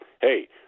hey